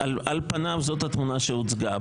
אז על פניו זאת התמונה שהוצגה.